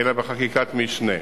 אלא בחקיקת משנה.